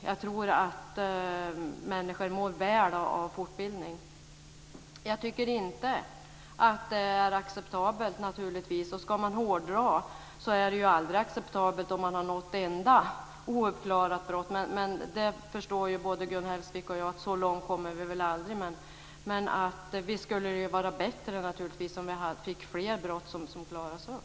Jag tror att människor mår väl av fortbildning. Jag tycker naturligtvis inte att det är acceptabelt. Ska man hårdra är det aldrig acceptabelt att man har något enda ouppklarat brott. Men både Gun Hellsvik och jag förstår att vi väl aldrig kommer så långt. Visst skulle det vara bättre om fler brott klarades upp.